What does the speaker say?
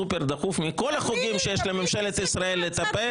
סופר דחוף מכל החוקים שיש לממשלת ישראל לטפל?